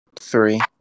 three